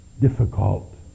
difficult